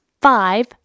five